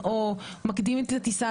או מקדימים את הטיסה,